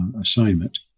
assignment